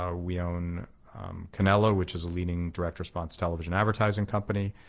ah we own cannella which is a leading direct response television advertising company.